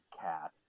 cat